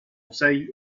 ocell